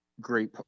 Great